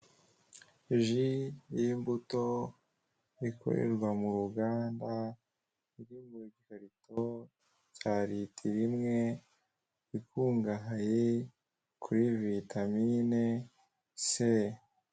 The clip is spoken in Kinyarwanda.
Ji y'imbuto ikorerwa mu ruganda iri mu gikarit cya litiro imwe ikungahaye kuri vitamini c.